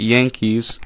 Yankees